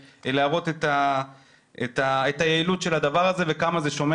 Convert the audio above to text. להראות את היעילות של הדבר הזה וכמה זה שומר